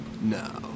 No